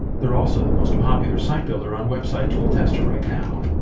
they're also the most popular site builder on websitetooltester right now.